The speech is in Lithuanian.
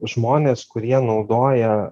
žmonės kurie naudoja